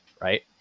right